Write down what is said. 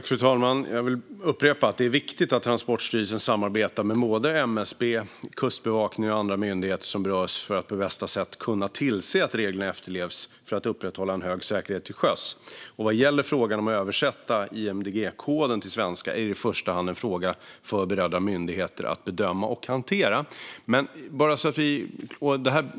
Fru talman! Jag vill upprepa att det är viktigt att Transportstyrelsen samarbetar med MSB, Kustbevakningen och andra myndigheter som berörs för att på bästa sätt kunna tillse att reglerna efterlevs, så att man kan upprätthålla en hög säkerhet till sjöss. Frågan om att översätta IMDG-koden till svenska är i första hand en fråga för berörda myndigheter att bedöma och hantera.